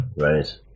Right